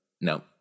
No